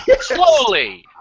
Slowly